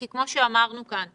כי כמו שאמרנו כאן,